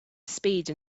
spade